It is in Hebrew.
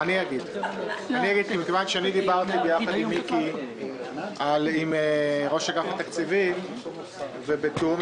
מכיוון שדיברתי יחד עם מיקי עם ראש אגף התקציבים ובתיאום